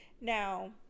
Now